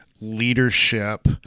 leadership